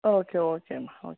okay okay ಮಾ okay